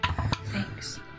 Thanks